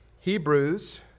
Hebrews